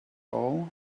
all